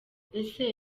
ese